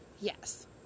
yes